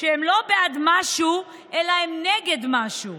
הם לא בעד משהו אלא הם נגד משהו,